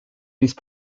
these